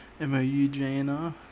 M-O-U-J-N-R